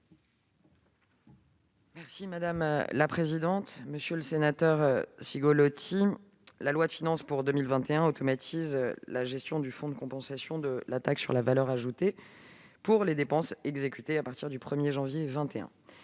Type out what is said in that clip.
est à Mme la secrétaire d'État. Monsieur le sénateur Cigolotti, la loi de finances pour 2021 automatise la gestion du Fonds de compensation de la taxe sur la valeur ajoutée, pour les dépenses exécutées à partir du 1 janvier 2021.